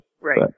Right